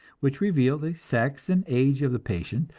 which reveal the sex and age of the patient,